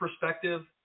perspective